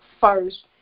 first